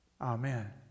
Amen